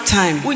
time